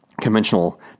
conventional